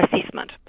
assessment